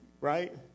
Right